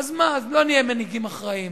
אז מה, אז לא נהיה מנהיגים אחראיים.